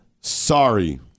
Sorry